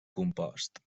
compost